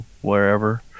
wherever